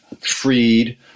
freed